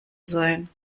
sein